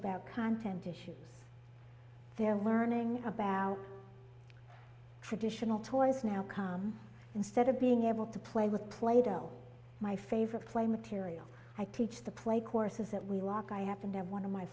about content issue they're learning about traditional toys now come instead of being able to play with plato my favorite play material i teach the play courses that we walk i happen to one of my